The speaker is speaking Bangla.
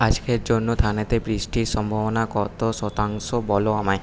আজকের জন্য থানেতে বৃষ্টির সম্ভাবনা কতো শতাংশ বলো আমায়